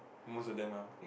most of them lah